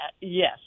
Yes